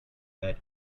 that